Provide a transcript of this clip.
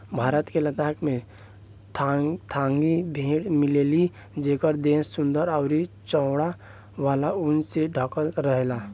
भारत के लद्दाख में चांगथांगी भेड़ मिलेली जेकर देह सुंदर अउरी चौड़ा वाला ऊन से ढकल रहेला